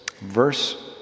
verse